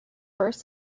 first